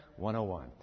101